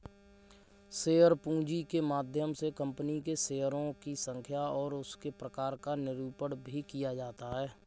share पूंजी के माध्यम से कंपनी के शेयरों की संख्या और उसके प्रकार का निरूपण भी किया जाता है